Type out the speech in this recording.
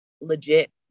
legit